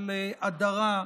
של הדרה,